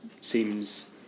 seems